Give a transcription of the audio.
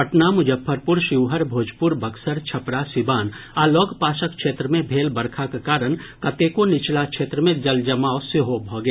पटना मुजफ्फरपुर शिवहर भोजपुर बक्सर छपरा सीवान आ लग पासक क्षेत्र मे भेल बरखाक कारण कतेको नीचला क्षेत्र मे जलजमाव सेहो भऽ गेल